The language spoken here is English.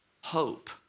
hope